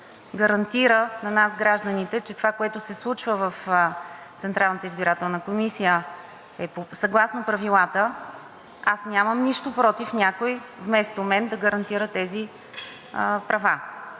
гарантира на нас гражданите, че това, което се случва в Централната избирателна комисия, е съгласно правилата. Аз нямам нищо против някой вместо мен да гарантира тези права